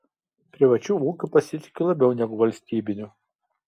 privačiu ūkiu pasitikiu labiau negu valstybiniu